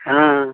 हाँ